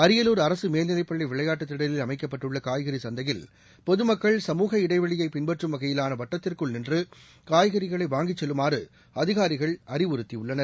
அரியலூர் அரசு மேல்நிலைப்பள்ளி விளையாட்டுத் திடலில் அமைக்கப்பட்டுள்ள காய்கறி சந்தையில் பொதமக்கள் சமூக இடைவெளியை பின்பற்றும் வகையிலான வட்டத்திற்குள் நின்று காய்கறிகளை வாங்கி செல்லுமாறு அதிகாரிகள் அறிவுறுத்தியுள்ளனர்